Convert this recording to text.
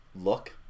look